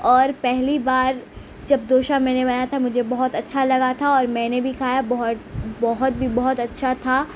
اور پہلی بار جب دوشا میں نے بنایا تھا مجھے بہت اچھا لگا تھا اور میں نے بھی کھایا بہت بہت بھی بہت اچھا تھا